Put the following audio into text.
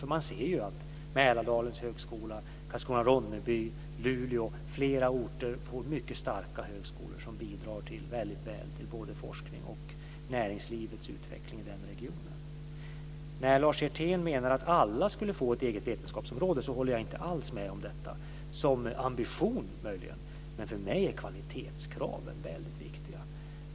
Det syns att Mälardalens högskola, Karlskrona/Ronneby, Luleå och fler orter har fått starka högskolor som bidrar väldigt väl till både forskning och näringslivets utveckling i de regionerna. Jag håller inte med när Lars Hjertén säger att alla ska få ett eget vetenskapsområde - möjligen som ambition. Men för mig är kvalitetskraven viktiga.